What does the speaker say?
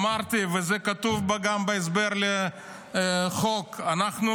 אמרתי, וזה כתוב גם בהסבר לחוק, אנחנו